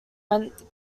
went